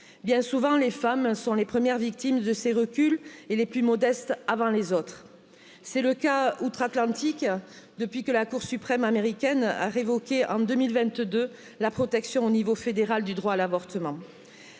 bien souvent les femmes sont les premières victimes de ces reculs et les plus modestes avant les des autres c'est le cas outre atlantique depuis que la cour suprême américaine a révoqué en deux mille vingt deux la protection au niveau fédéral du droit à l'avortement